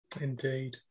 Indeed